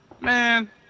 Man